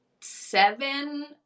seven